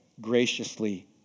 graciously